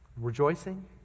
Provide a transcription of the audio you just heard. rejoicing